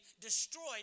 destroyed